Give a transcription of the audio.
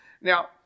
Now